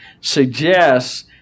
Suggests